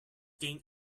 king